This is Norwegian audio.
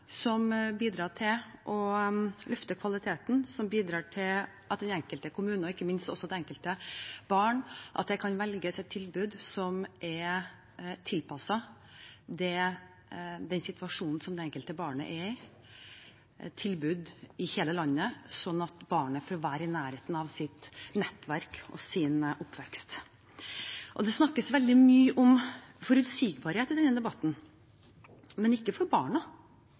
som bidrar til å løfte kvaliteten, som bidrar til at den enkelte kommune kan velge et tilbud som er tilpasset den situasjonen som det enkelte barnet er i, slik at barnet får være i nærheten av sitt nettverk i sin oppvekst. Det snakkes veldig mye om forutsigbarhet i denne debatten. Men ikke for barna.